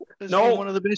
No